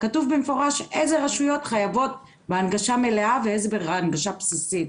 כתוב במפורש איזה רשויות חייבות בהנגשה מלאה ואיזה בהנגשה בסיסית.